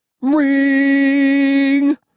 Ring